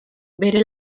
bere